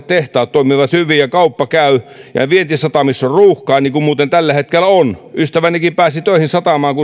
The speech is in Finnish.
tehtaat toimivat hyvin ja kauppa käy ja vientisatamissa on ruuhkaa niin kuin muuten tällä hetkellä on ystävänikin pääsi töihin satamaan